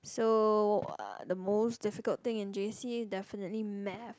so uh the most difficult thing in J_C definitely math